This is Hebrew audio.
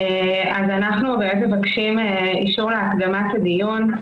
אנחנו מבקשים אישור להקדמת הדיון.